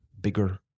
bigger